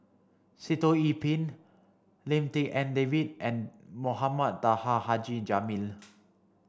Sitoh Yih Pin Lim Tik En David and Mohamed Taha Haji Jamil